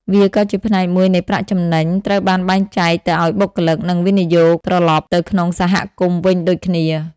វាក៏ជាផ្នែកមួយនៃប្រាក់ចំណេញត្រូវបានបែងចែកទៅឱ្យបុគ្គលិក និងវិនិយោគត្រឡប់ទៅក្នុងសហគមន៍វិញដូចគ្នា ។